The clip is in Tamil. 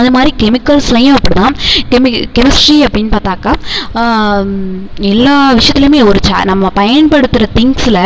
அது மாதிரி கெமிக்கல்ஸ்லையும் அப்படிதான் கெமி கெமிஸ்ட்ரி அப்படின்னு பார்த்தாக்கா எல்லா விஷயத்துலையுமே ஒரு சே நம்ம பயன்படுத்துகிற திங்க்ஸில்